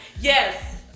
yes